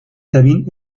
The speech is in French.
cabine